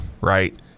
Right